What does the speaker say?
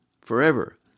forever